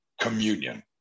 communion